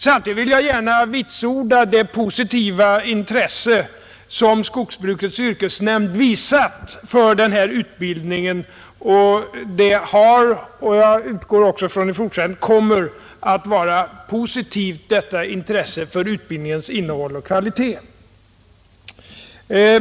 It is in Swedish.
Samtidigt vill jag gärna vitsorda det positiva intresse som skogsbrukets yrkesnämnd visat för denna utbildning. Jag utgår från att detta intresse för utbildningens innehåll och kvalitet också i fortsättningen kommer att vara positivt.